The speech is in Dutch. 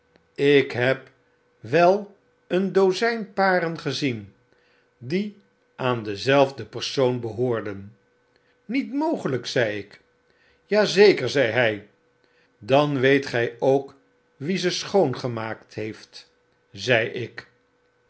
ik heb wel een dozyn paren gezien die aan denzelfden persoon behoorden niet mogelyk zei ik ja zeker zei hy dan weet gy ook wie ze schoongemaakt heeft zei ik